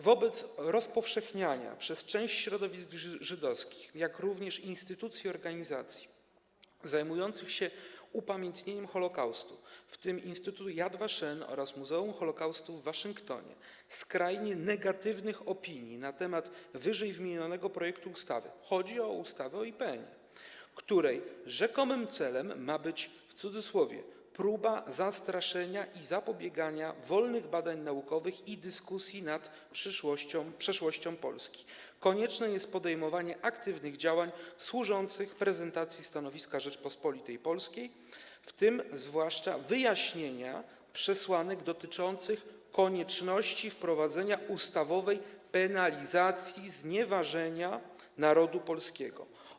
Wobec rozpowszechniania przez część środowisk żydowskich, jak również instytucji i organizacji zajmujących się upamiętnieniem Holokaustu, w tym Instytut Yad Vashem oraz Muzeum Holokaustu w Waszyngtonie, skrajnie negatywnych opinii na temat projektu ww. ustawy - chodzi o ustawę o IPN - której rzekomym celem ma być: próba zastraszenia i zapobieganie wolnym badaniom naukowym i dyskusji nad przeszłością Polski, konieczne jest podejmowanie aktywnych działań służących prezentacji stanowiska Rzeczypospolitej Polskiej, w tym zwłaszcza wyjaśnieniu przesłanek dotyczących konieczności wprowadzenia ustawowej penalizacji znieważenia narodu polskiego.